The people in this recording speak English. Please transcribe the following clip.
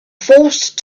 forced